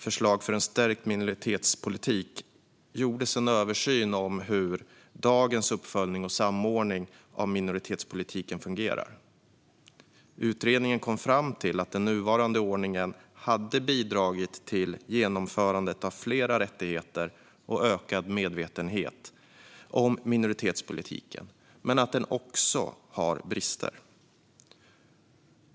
Förslag för en stärkt minoritetspolitik gjordes en översyn av hur dagens uppföljning och samordning av minoritetspolitiken fungerar. Utredningen kom fram till att den nuvarande ordningen hade bidragit till genomförandet av flera rättigheter och ökad medvetenhet om minoritetspolitiken men att den också hade brister.